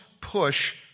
push